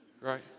right